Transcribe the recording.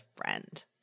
friend